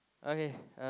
okay uh